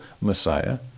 Messiah